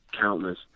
countless